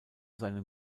seinem